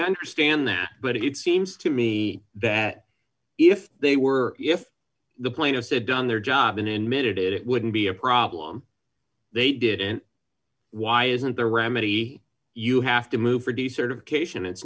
understand that but it seems to me that if they were if the plaintiff said done their job in in mid it wouldn't be a problem they didn't why isn't the remedy you have to move for decertification it's